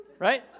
right